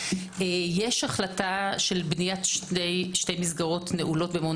יש החלטה של בניית שתי מסגרות נעולות במעון